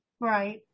right